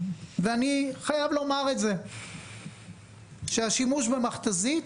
אני חייב לומר שהשימוש במכת"זית